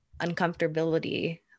uncomfortability